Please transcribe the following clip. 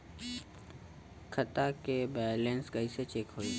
खता के बैलेंस कइसे चेक होई?